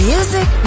Music